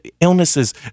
illnesses